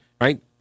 Right